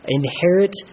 inherit